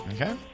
Okay